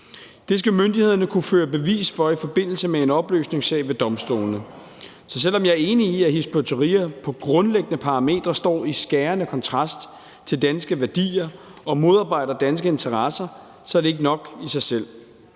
Det skal myndighederne kunne føre bevis for i forbindelse med en opløsningssag ved domstolene. Så selv om jeg er enig i, at Hizb ut-Tahrir på grundlæggende parametre står i skærende kontrast til danske værdier og modarbejder danske interesser, er det ikke nok i sig selv.